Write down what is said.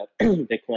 bitcoin